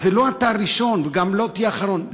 אתה לא הראשון וגם לא תהיה האחרון.